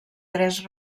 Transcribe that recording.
tres